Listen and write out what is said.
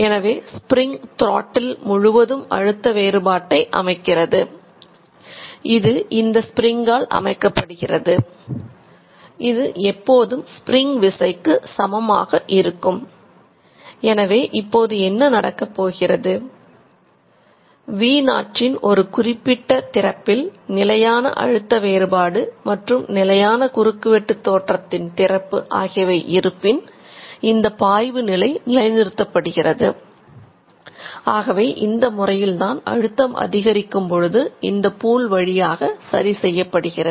எனவே ஸ்ப்ரிங் வழியாக சரி செய்யப்படுகிறது